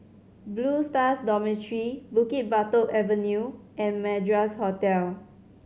Blue Stars Dormitory Bukit Batok Avenue and Madras Hotel